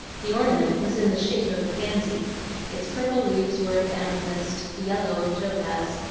the ornament was in the shape of a pansy its purple leaves were of amethyst, the yellow of topaz,